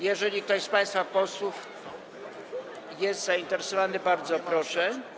Jeżeli ktoś z państwa posłów jest zainteresowany, bardzo proszę.